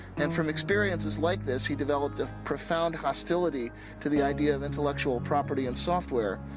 and from experiences like this he developed a profound hostility to the idea of intellectual property and software.